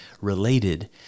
related